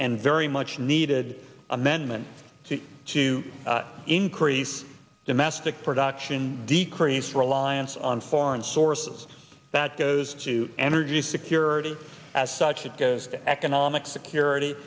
and very much needed amendment to increase domestic production decrease reliance on foreign sources that goes to energy security as such it goes to economic security